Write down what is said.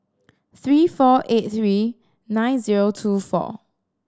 three four eight three nine zero two four